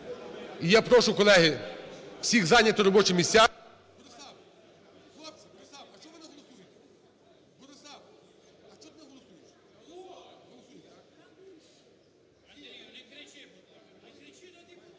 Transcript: І я прошу, колеги, всіх зайняти робочі місця.